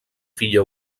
filla